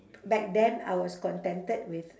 back then I was contented with